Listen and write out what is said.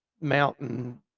mountain